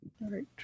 right